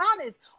honest